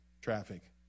traffic